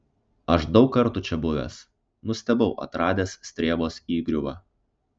aš daug kartų čia buvęs nustebau atradęs strėvos įgriuvą